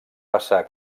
passar